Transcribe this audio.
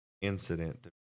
incident